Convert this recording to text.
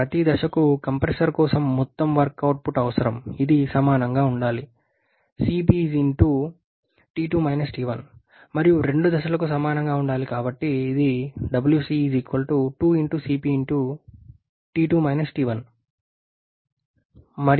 ప్రతి దశకు కంప్రెసర్ కోసం మొత్తం వర్క్ ఇన్పుట్ అవసరం ఇది సమానంగా ఉండాలి మరియు రెండు దశలకు సమానంగా ఉండాలి కాబట్టి ఇది మరియు అది 208